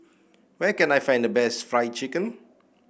where can I find the best Fried Chicken